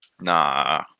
nah